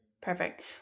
Perfect